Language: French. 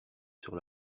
sur